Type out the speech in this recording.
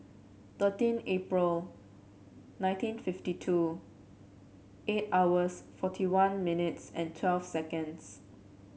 thirteen April nineteen fifty two eight hours forty one minutes and twelve seconds